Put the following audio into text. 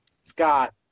Scott